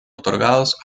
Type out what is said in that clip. otorgados